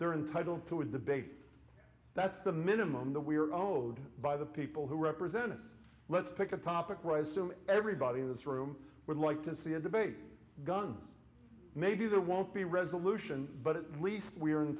they're entitled to a debate that's the minimum that we are owed by the people who represent us let's pick a topic right everybody in this room would like to see a debate guns maybe there won't be a resolution but at least we are in